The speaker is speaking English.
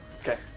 Okay